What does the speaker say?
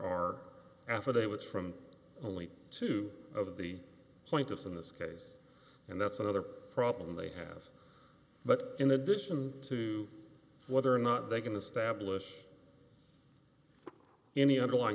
affidavits from only two of the plaintiffs in this case and that's another problem they have but in addition to whether or not they can establish any underlying